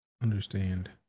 understand